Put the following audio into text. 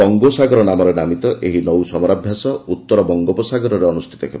ବଙ୍ଗୋସାଗର ନାମରେ ନାମିତ ଏହି ନୌ ସମରାଭ୍ୟାସ ଉତ୍ତର ବଙ୍ଗୋପସାଗରରେ ଅନୁଷ୍ଠିତ ହେବ